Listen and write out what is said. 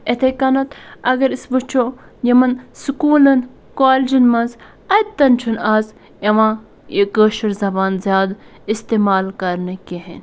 یِتھَے کٔنٮ۪تھ اگر أسۍ وٕچھو یِمَن سکوٗلَن کالجَن مَنٛز اَتہِ تہٕ نہٕ چھُنٕہ آز یِوان یہِ کٲشُر زَبان زیادٕ اِستعمال کَرنہٕ کِہیٖنۍ